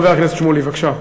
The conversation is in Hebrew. חבר הכנסת שמולי, בבקשה.